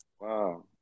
Wow